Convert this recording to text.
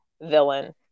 villain